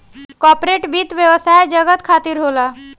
corporate वित्त व्यवसाय जगत खातिर होला